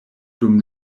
dum